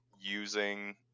using